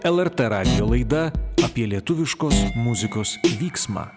lrt radijo laida apie lietuviškos muzikos vyksmą